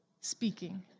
speaking